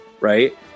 right